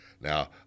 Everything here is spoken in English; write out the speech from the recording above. Now